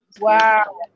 Wow